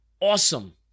awesome